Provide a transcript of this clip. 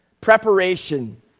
preparation